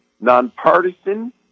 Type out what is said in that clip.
nonpartisan